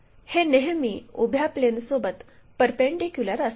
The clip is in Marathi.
हे नेहमी उभ्या प्लेनसोबत परपेंडीक्युलर असते